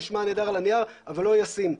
נשמע נהדר על הנייר אבל לא ישים.